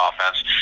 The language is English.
offense